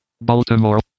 Baltimore